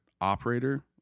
operator